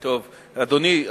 אדוני,